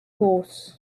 horse